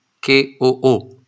K-O-O